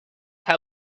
how